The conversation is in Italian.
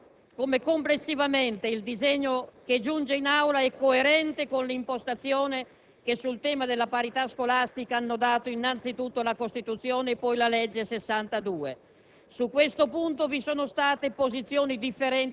A questo riguardo, desidero rilevare come complessivamente il disegno che giunge in Aula sia coerente con l'impostazione che al tema della parità scolastica hanno dato innanzitutto la Costituzione e poi la stessa